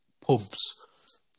pubs